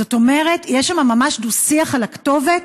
זאת אומרת, יש שם ממש דו-שיח על הכתובת,